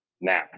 now